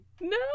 No